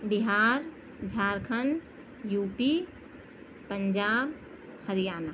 Bihar Jharkhand U P Punjab Haryana